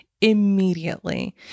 immediately